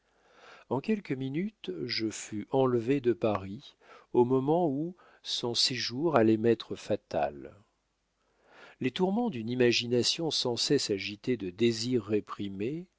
en quelques minutes je fus enlevé de paris au moment où son séjour allait m'être fatal les tourments d'une imagination sans cesse agitée de désirs réprimés